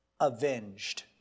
Avenged